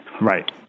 Right